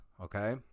Okay